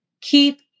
Keep